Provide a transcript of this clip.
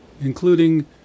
including